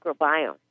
microbiome